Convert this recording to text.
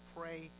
pray